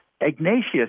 Ignatius